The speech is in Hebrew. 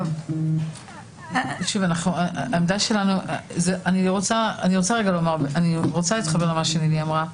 אני רוצה להתחבר למה שנילי אמרה.